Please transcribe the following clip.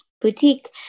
boutique